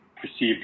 perceived